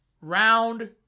round